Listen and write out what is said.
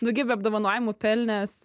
daugybę apdovanojimų pelnęs